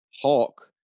hawk